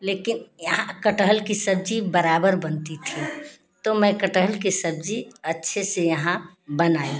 लेकिन यहाँ कटहल की सब्जी बराबर बनती थी तो मैं कटहल की सब्जी अच्छे से यहाँ बनाई